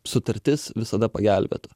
sutartis visada pagelbėtų